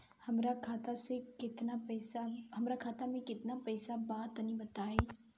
हमरा खाता मे केतना पईसा बा तनि बताईं?